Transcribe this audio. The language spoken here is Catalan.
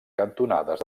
cantonades